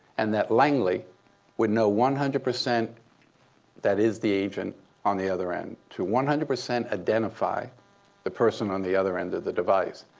and that langley would know one hundred percent that is the agent on the other end, to one hundred percent identify the person on the other end of the device.